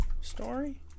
story